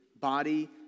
Body